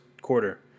quarter